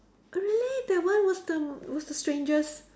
oh really that one was the was the strangest